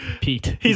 Pete